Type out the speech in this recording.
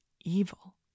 evil